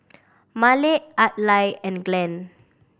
Malik Adlai and Glenn